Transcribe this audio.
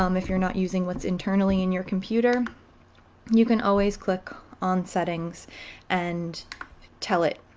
um if you're not using what's internally in your computer you can always click on settings and tell it